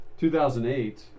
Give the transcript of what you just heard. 2008